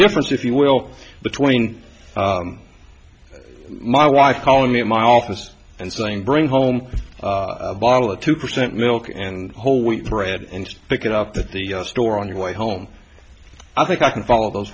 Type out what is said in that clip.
difference if you will between my wife calling me at my office and saying bring home a bottle of two percent milk and whole wheat bread and pick it up at the store on the way home i think i can follow those